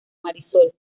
marisol